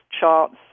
charts